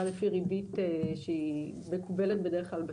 לפי ריבית שהיא בדרך כלל מקובלת בשוק.